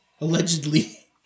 allegedly